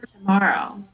tomorrow